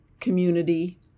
community